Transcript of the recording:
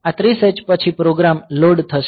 આ 30h પછી program load થશે